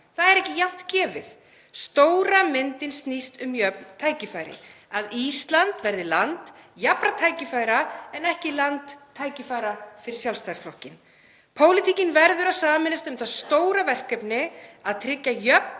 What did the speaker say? Það er ekki jafnt gefið. Stóra myndin snýst um jöfn tækifæri, að Ísland verði land jafnra tækifæra en ekki land tækifæra fyrir Sjálfstæðisflokkinn. Pólitíkin verður að sameinast um það stóra verkefni að tryggja jöfn